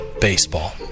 Baseball